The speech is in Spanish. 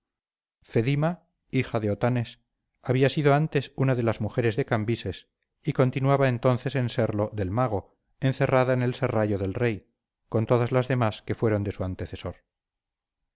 caso fedima hija de otanes había sido antes una de las mujeres de cambises y continuaba entonces en serlo del mago encerrada en el serrallo del rey con todas las demás que fueron de su antecesor